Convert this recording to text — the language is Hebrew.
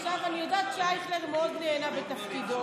עכשיו, אני יודעת שאייכלר מאוד נהנה בתפקידו.